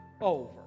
over